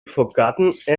forgotten